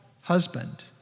husband